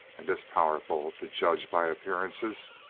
and as powerful, to judge by appearances.